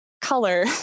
color